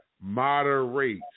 moderate